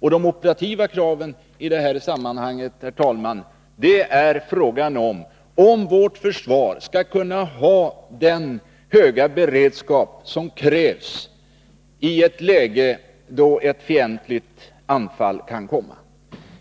De operativa kraven i detta sammanhanget, herr talman, gäller frågan om vårt försvar skall kunna ha den höga beredskap som krävs i ett läge då ett fientligt anfall kommer.